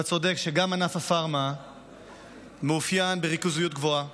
אתה צודק שגם ענף הפארמה מאופיין בריכוזיות גבוהה